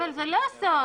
אבל זה לא סוד.